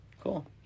Cool